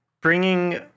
bringing